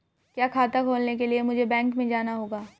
क्या खाता खोलने के लिए मुझे बैंक में जाना होगा?